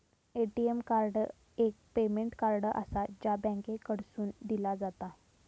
ATM card एक payment card आसा, जा बँकेकडसून दिला जाता